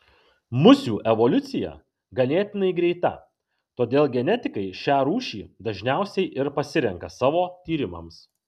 musių evoliucija ganėtinai greita todėl genetikai šią rūšį dažniausiai ir pasirenka savo tyrimams